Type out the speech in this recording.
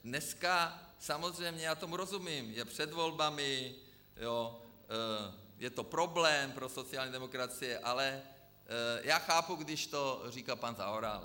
Dneska samozřejmě, já tomu rozumím, je před volbami, je to problém pro sociální demokracii, ale já chápu, když to říká pan Zaorálek.